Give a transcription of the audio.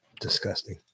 Disgusting